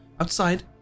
outside